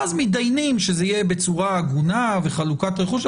ואז מתדיינים שזה יהיה בצורה הגונה וחלוקת רכוש,